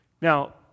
Now